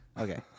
Okay